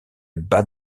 bad